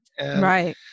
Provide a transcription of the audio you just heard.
Right